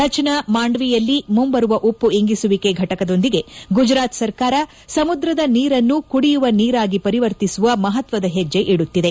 ಕಚ್ನ ಮಾಂಡ್ವಿಯಲ್ಲಿ ಮುಂಬರುವ ಉಪ್ಪು ಇಂಗಿಸುವಿಕೆ ಘಟಕದೊಂದಿಗೆ ಗುಜರಾತ್ ಸರ್ಕಾರ ಸಮುದ್ರದ ನೀರನ್ನು ಕುಡಿಯುವ ನೀರಾಗಿ ಪರಿವರ್ತಿಸುವ ಮಹತ್ವದ ಹೆಜ್ಜೆ ಇಡುತ್ತಿದೆ